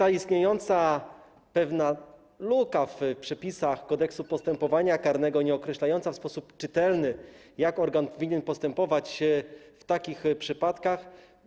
I istnieje pewna luka w przepisach Kodeksu postępowania karnego, nie określa się w sposób czytelny, jak organ powinien postępować w takich przypadkach.